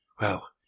Well